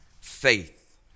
faith